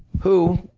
who,